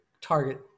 target